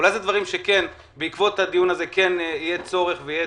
אולי אלו דברים שבעקבות הדיון הזה יהיה צורך ויהיה